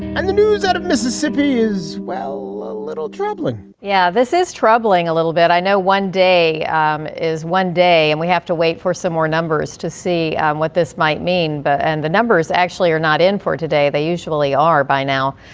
and the news out of mississippi is, well, a little troubling yeah, this is troubling a little bit. i know one day um is one day and we have to wait for some more numbers to see and what this might mean. but and the numbers actually are not in for today. they usually are by now.